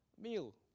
meal